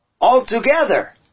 altogether